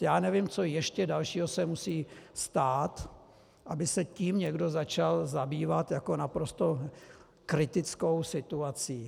Já nevím, co ještě dalšího se musí stát, aby se tím někdo začal zabývat jako naprosto kritickou situací.